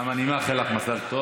גם אני מאחל לך מזל טוב.